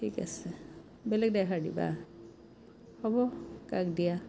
ঠিক আছে বেলেগ ড্ৰাইভাৰ দিবা হ'ব কাক দিয়া